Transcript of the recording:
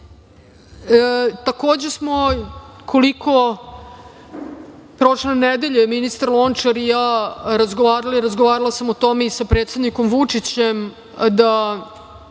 smo koliko prošle nedelje ministar Lončar i ja razgovarali. Razgovarala sam o tome i sa predsednikom Vučićem da